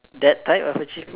that type of achievement